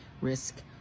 risk